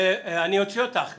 תסלחי לי.